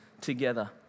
together